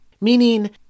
Meaning